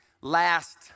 last